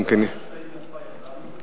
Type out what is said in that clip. גם כן ההצעה של סעיד נפאע ירדה מסדר-היום?